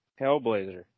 Hellblazer